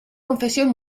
confesión